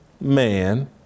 man